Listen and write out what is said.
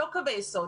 לא קווי יסוד.